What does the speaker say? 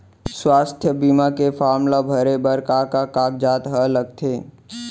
स्वास्थ्य बीमा के फॉर्म ल भरे बर का का कागजात ह लगथे?